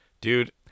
Dude